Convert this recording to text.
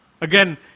Again